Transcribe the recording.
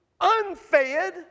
unfed